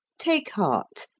take heart.